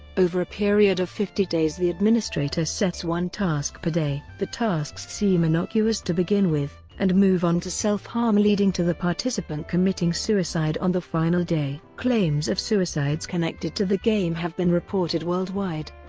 over a period of fifty days the administrator sets one task per day the tasks seem innocuous to begin with, and move on to self harm leading to the participant committing suicide on the final day. claims of suicides connected to the game have been reported worldwide.